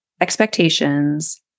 expectations